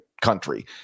country